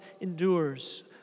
endures